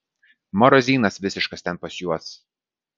marozynas visiškas ten pas juos